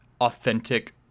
authentic